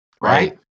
Right